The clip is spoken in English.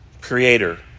creator